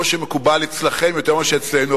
כמו שמקובל אצלכם יותר מאשר אצלנו,